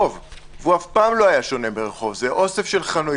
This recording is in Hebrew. על-ידי החלטות